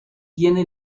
tiene